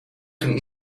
ging